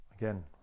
Again